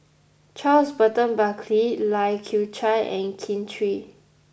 Charles Burton Buckley Lai Kew Chai and Kin Chui